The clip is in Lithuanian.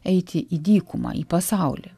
eiti į dykumą į pasaulį